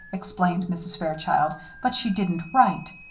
explained mrs. fairchild, but she didn't write.